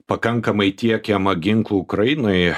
pakankamai tiekiama ginklų ukrainai